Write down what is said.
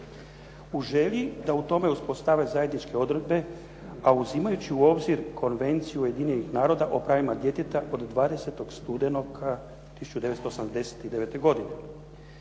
u želji da u tome uspostave zajedničke odredbe, a uzimajući u obzir konvenciju Ujedinjenih naroda o pravima djeteta od 20. studenog 1989. godine.